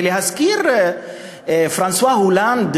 ולהזכיר את פרנסואה הולנד,